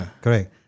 Correct